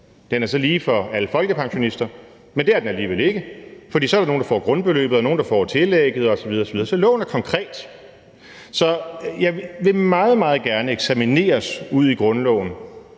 Den er så lige for alle folkepensionister, men det er den alligevel ikke, for der er nogle, der får grundbeløbet, og nogle, der får tillægget, osv. osv. Så loven er konkret. Jeg vil meget, meget gerne eksamineres udi grundloven